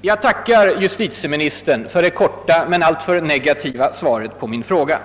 Jag tackar justitieministern för det korta men alltför negativa svaret på min fråga.